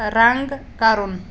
رنگ کرُن